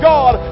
God